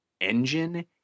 engine